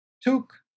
took